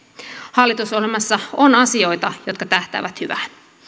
hallitusohjelmassa on asioita jotka tähtäävät hyvään